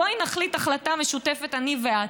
בואי נחליט החלטה משותפת, אני ואת.